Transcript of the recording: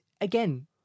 again